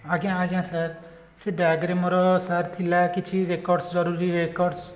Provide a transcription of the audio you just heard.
ଆଜ୍ଞା ଆଜ୍ଞା ସାର୍ ସେ ବ୍ୟାଗ୍ରେ ମୋର ସାର୍ ଥିଲା କିଛି ରେକର୍ଡସ୍ ଜରୁରୀ ରେକର୍ଡସ୍